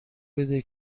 بده